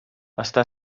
està